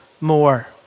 more